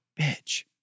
bitch